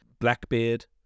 Blackbeard